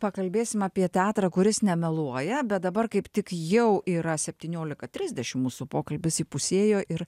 pakalbėsim apie teatrą kuris nemeluoja bet dabar kaip tik jau yra septyniolika trisdešim mūsų pokalbis įpusėjo ir